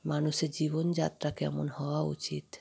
মানুষের জীবনযাত্রা কেমন হওয়া উচিত